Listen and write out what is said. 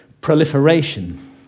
proliferation